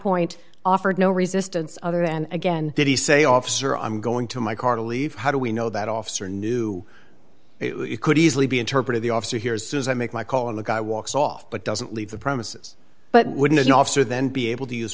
point offered no resistance other and again did he say officer i'm going to my car to leave how do we know that officer knew it could easily be interpreted the officer hears says i make my call and the guy walks off but doesn't leave the premises but wouldn't an officer then be able to use